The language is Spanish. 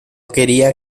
quería